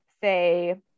say